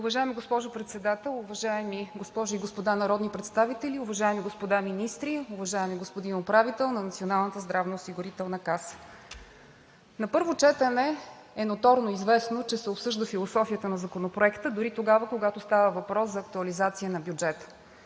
Уважаема госпожо Председател, уважаеми госпожи и господа народни представители, уважаеми господа министри, уважаеми господин Управител на Националната здравноосигурителна каса! Ноторно известно е, че на първо четене се обсъжда философията на Законопроекта, дори тогава, когато става въпрос за актуализация на бюджета